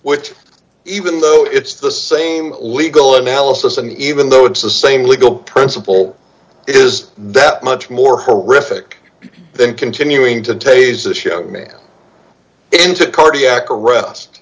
which even though it's the same legal analysis and even though it's the same legal principle is that much more horrific than continuing to tase a show man into cardiac arrest